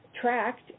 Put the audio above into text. tracked